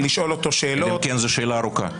לשאול אותו שאלות --- אלא אם כן זו שאלה ארוכה...